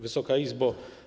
Wysoka Izbo!